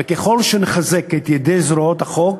וככל שנחזק את ידי זרועות החוק